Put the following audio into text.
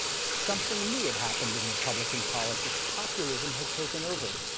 something new had happened in republican politics, populism had taken over.